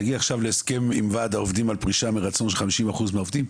תגיע עכשיו להסכם עם ועד העובדים על פרישה מרצון של 50% מהעובדים.